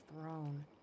throne